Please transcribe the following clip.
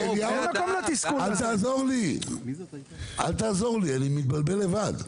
אל תעזור לי, אני מתבלבל לבד.